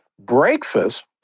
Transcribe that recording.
Breakfast